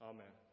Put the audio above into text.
Amen